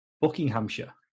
Buckinghamshire